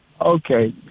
Okay